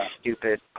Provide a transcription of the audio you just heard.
stupid